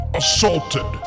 assaulted